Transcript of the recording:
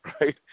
right